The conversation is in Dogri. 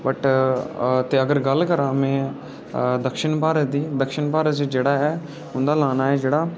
बट् अगर गल्ल करां में दक्षिण भारत दी दक्षिण भारत च जेह्ड़ा ऐ उं'दा लाना ऐ जेह्ड़ा